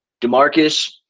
Demarcus